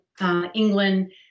England